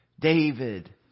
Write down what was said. David